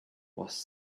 was